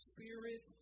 Spirit